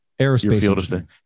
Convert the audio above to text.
aerospace